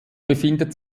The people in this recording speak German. befindet